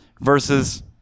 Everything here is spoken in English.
Versus